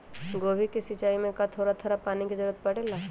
गोभी के सिचाई में का थोड़ा थोड़ा पानी के जरूरत परे ला?